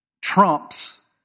trumps